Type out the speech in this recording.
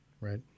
Right